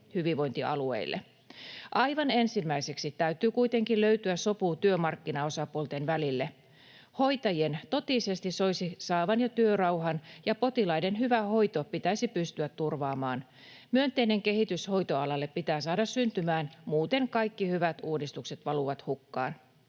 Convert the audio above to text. hyvinvointialueille. Aivan ensimmäiseksi täytyy kuitenkin löytyä sopu työmarkkinaosapuolten välille. Hoitajien totisesti soisi saavan jo työrauhan, ja potilaiden hyvä hoito pitäisi pystyä turvaamaan. Myönteinen kehitys hoitoalalle pitää saada syntymään. Muuten kaikki hyvät uudistukset valuvat hukkaan.